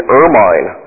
ermine